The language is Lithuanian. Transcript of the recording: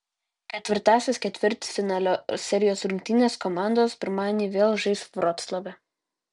ketvirtąsias ketvirtfinalio serijos rungtynes komandos pirmadienį vėl žais vroclave